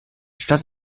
schloss